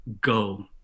go